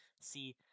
see